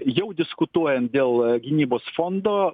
jau diskutuojant dėl gynybos fondo